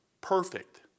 perfect